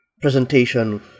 presentation